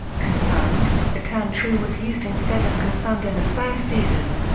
confirmed the term true was used instead of confirmed in the first season.